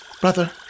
brother